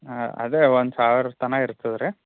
ಹಾಂ ಅದೇ ಒಂದು ಸಾವಿರ ತನಕ ಇರ್ತದೆ ರೀ